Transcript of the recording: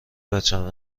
بچم